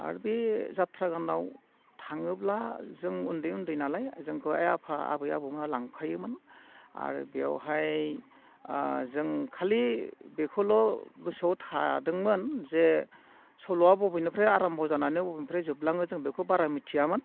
आरो बे जाथ्रा गानाव थाङोब्ला जों उन्दै उन्दैनालाय जोंखौ आइ आफा आबै आबौमोनहा लांफायोमोन आरो बेयावहाय जों खालि बेखौल' गोसोआव थादोंमोन जे सल'आ बबेनिफ्राय आरामब' जानानै अबेनिफ्राय जोबलाङो जों बेखौ बारा मिथियामोन